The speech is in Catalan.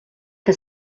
que